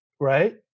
right